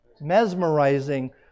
mesmerizing